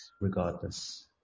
regardless